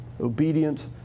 obedient